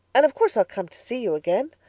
and of course i'll come to see you again.